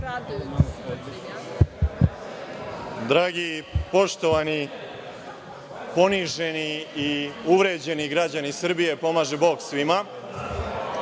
Dragi, poštovani, poniženi i uvređeni građani Srbije, pomaže bog svima.